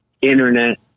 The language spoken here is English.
internet